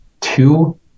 two